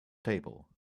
table